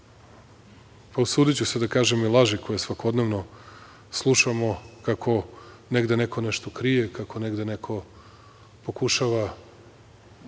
usudiću se i da kažem, laži koje svakodnevno slušamo, kako negde neko nešto krije, kako negde neko pokušava